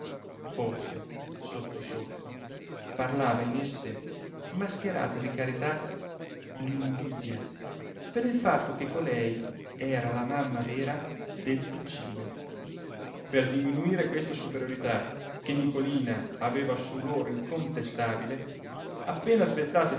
forse sotto sotto parlava in esse mascherata di carità l'invidia per il fatto che colei era la mamma vera del piccino per diminuire questa superiorità che nicolina aveva su loro incontestabile appena svezzato